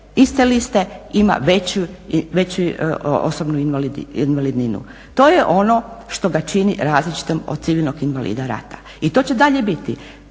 iste liste ima veću osobnu invalidninu. To je ono što ga čini različitim od civilnog invalida rata. I to će i dalje biti